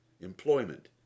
employment